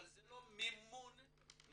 אבל זה לא מימון משרדי.